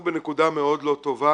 אנחנו בנקודה מאוד לא טובה